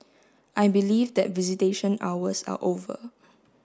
I believe that visitation hours are over